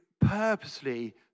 purposely